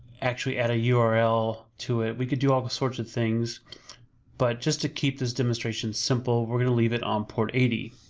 actually add a yeah url to it, we could do all the sorts of things but just to keep this demonstration simple we're gonna leave it on port eighty,